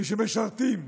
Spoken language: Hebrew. מי שמשרתים,